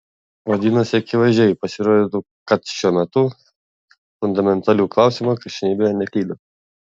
vadinasi akivaizdžiai pasirodytų kad šiuo fundamentaliu klausimu krikščionybė neklydo